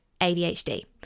ADHD